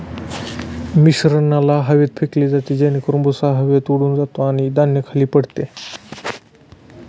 मिश्रणाला हवेत फेकले जाते जेणेकरून भुसा हवेत उडून जातो आणि धान्य खाली पडते